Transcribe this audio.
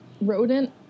rodent